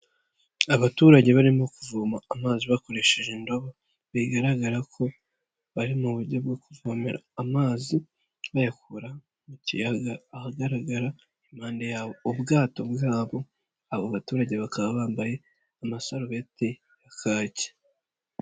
Abaturage barimo kuvoma amazi bakoresheje indobo bigaragara ko bari mu buryo bwo kuvomera amazi bayakura mu kiyaga ahagaragara impande yabo ubwato bwabo, abo baturage bakaba bambaye amasarubeti ya kake.